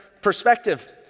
perspective